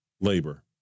labor